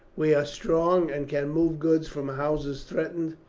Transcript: we are strong, and can move goods from houses threatened,